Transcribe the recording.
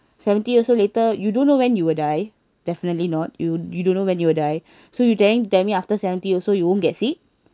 seventy years old later you don't know when you will die definitely not you you don't know when you die so you trying to tell me after seventy also you won't get sick